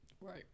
Right